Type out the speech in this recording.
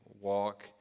walk